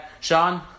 Sean